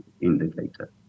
indicator